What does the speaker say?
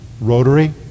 Rotary